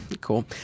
Cool